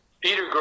Peter